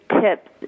tips